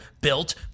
built